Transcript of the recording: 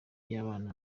y’abana